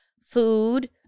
food